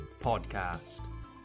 podcast